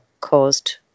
caused